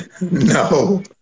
No